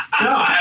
No